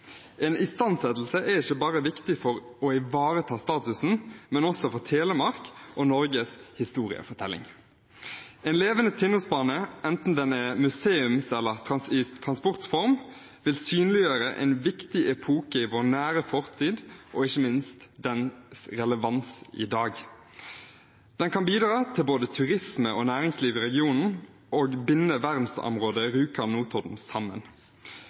En istandsettelse er ikke bare viktig for å ivareta statusen, men også for Telemark og Norges historiefortelling. En levende Tinnosbane, enten den er i museums- eller transportform, vil synliggjøre en viktig epoke i vår nære fortid og ikke minst dens relevans i dag. Den kan bidra til både turisme og næringsliv i regionen og binde verdensarvområdet Rjukan–Notodden sammen.